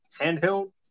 handheld